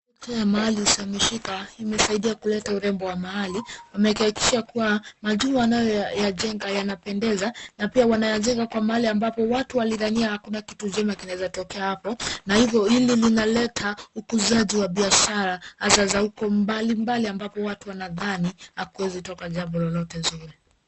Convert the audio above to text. Picha ya mali isiyohamishika imesaidia kuleta urembo wa mahali, wamehakikisha ya kuwa majumba yanayoyajenga yanapendeza na pia wanayajenga kwa mahali ambapo watu walidhania hakuna kitu njema kinawezatokea hapo na hivo hili linaleta ukuzaji wa biashara hasa za huko mbali mbali ambapo watu wanadhani hakuwezi toka jambo lolote nzuri.